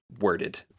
worded